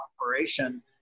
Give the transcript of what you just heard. operation